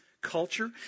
culture